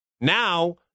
now